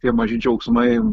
tie maži džiaugsmai